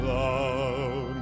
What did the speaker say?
love